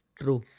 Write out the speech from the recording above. true